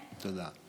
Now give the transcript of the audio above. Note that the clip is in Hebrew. תודה.